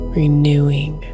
renewing